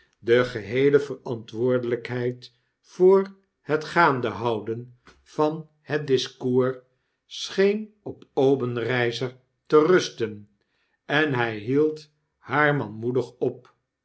de geheele verantwoordelijkheid voor het gaande houden van het discours scheen op obenreizer te rusten en h j hield haar manmoedig op